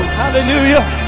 hallelujah